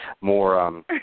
More